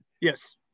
yes